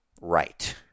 Right